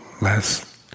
less